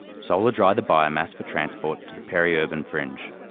solar dry the biomass for transport to the peri-urban fringe.